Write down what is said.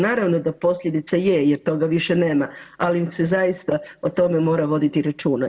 Naravno da posljedica je jer toga više nema, ali se zaista o tome mora voditi računa.